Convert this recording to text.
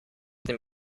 dem